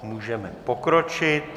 Můžeme pokročit.